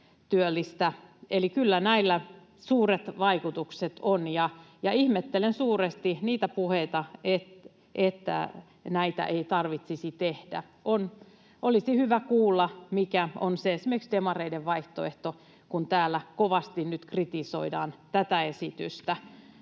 kyllä näillä suuret vaikutukset on. Ihmettelen suuresti niitä puheita, että näitä ei tarvitsisi tehdä. Olisi hyvä kuulla, mikä on esimerkiksi demareiden vaihtoehto, kun täällä kovasti nyt kritisoidaan tätä esitystä.